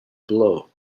below